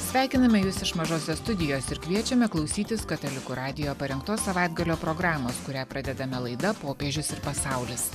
sveikiname jus iš mažosios studijos ir kviečiame klausytis katalikų radijo parengtos savaitgalio programos kurią pradedame laida popiežius ir pasaulis